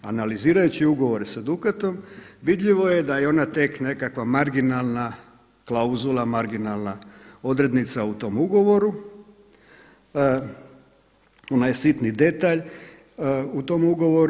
Analizirajući ugovore sa Dukatom, vidljivo je da je ona tek nekakva marginalna klauzula, marginalna odrednica u tom ugovoru, ona je sitni detalj u tom ugovoru.